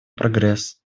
прогресс